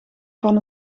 van